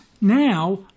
now